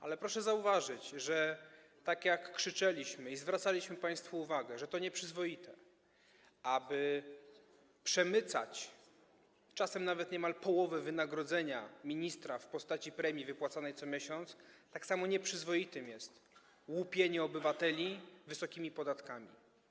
Ale proszę zauważyć, że tak jak krzyczeliśmy i zwracaliśmy państwu uwagę, że to nieprzyzwoite, aby przemycać czasem nawet niemal połowę wynagrodzenia ministra w postaci premii wypłacanej co miesiąc, tak samo nieprzyzwoite jest łupienie obywateli wysokimi podatkami.